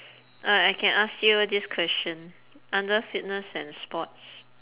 uh I can ask you this question under fitness and sports